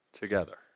together